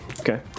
okay